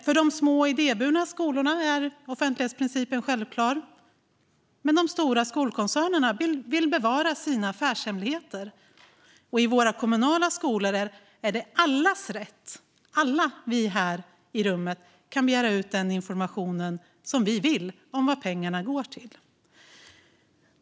För de små idéburna skolorna är offentlighetsprincipen självklar, men de stora skolkoncernerna vill bevara sina affärshemligheter. I våra kommunala skolor är det allas rätt att begära ut den information vi vill ha om vad pengarna går till - alla vi här i rummet kan göra det.